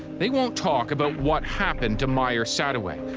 they won't talk about what happened to meyer sadoway,